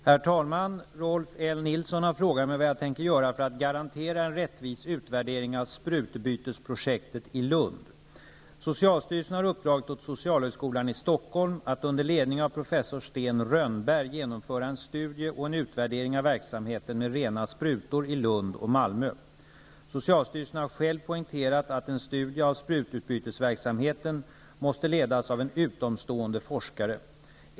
Herr talman! Rolf L Nilson har frågat mig vad jag tänker göra för att garantera en rättvis utvärdering av sprutbytesprojektet i Lund. Socialstyrelsen har uppdragit åt Socialhögskolan i Rönnberg genomföra en studie och en utvärdering av verksamheten med rena sprutor i Lund och Socialstyrelsen har själv poängterat att en studie av sprututbytesverksamheten måste ledas av en utomstående forskare.